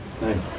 Nice